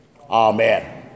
Amen